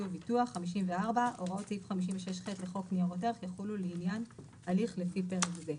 וביטוח הוראות סעיף 56ח לחוק ניירות ערך יחולו לעניין הליך לפי שפרק זה.